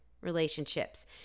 relationships